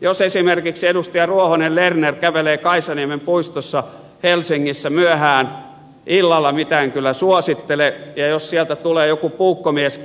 jos esimerkiksi edustaja ruohonen lerner kävelee kaisaniemen puistossa helsingissä myöhään illalla mitä en kyllä suosittele ja jos sieltä tulee kimppuun joku puukkomies